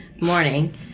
morning